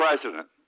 president